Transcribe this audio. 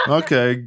okay